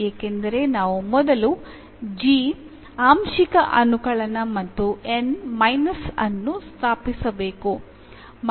ಏಕೆಂದರೆ ನಾವು ಮೊದಲು G ಆಂಶಿಕ ಅನುಕಳನ ಮತ್ತು N ಮೈನಸ್ ಅನ್ನು ಸ್ಥಾಪಿಸಬೇಕು